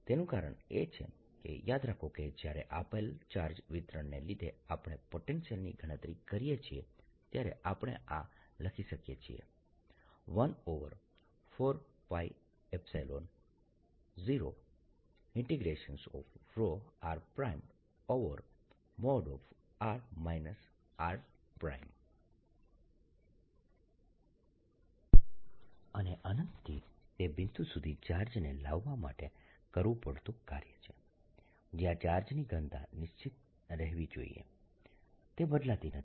તેનું કારણ એ છે કે યાદ રાખો કે જ્યારે આપેલ ચાર્જ વિતરણને લીધે આપણે પોટેન્શિયલની ગણતરી કરીએ છીએ ત્યારે આપણે આ લખી શકીએ છીએ 140∫rr r અને અનંતથી તે બિંદુ સુધી ચાર્જને લાવવા માટે કરવું પડતું કાર્ય છે જયાં ચાર્જની ઘનતા નિશ્ચિત રહેવી જોઈએ તે બદલાતી નથી